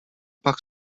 pak